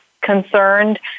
concerned